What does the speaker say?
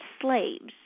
slaves